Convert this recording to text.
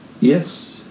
Yes